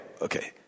okay